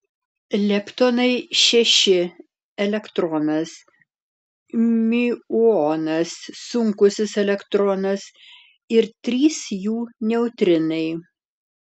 leptonai šeši elektronas miuonas sunkusis elektronas ir trys jų neutrinai